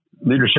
leadership